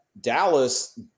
Dallas